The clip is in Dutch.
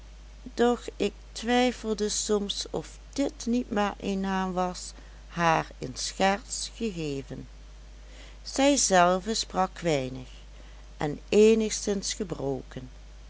doch ik twijfelde soms of dit niet maar een naam was haar in scherts gegeven zij zelve sprak weinig en eenigszins gebroken